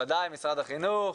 וודאי משרד החינוך,